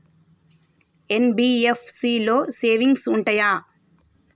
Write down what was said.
NBFC లో savings ఉంటయా?